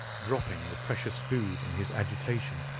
dropping the precious food in his agitation.